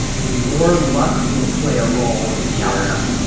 the more luck will play a role in the outcome.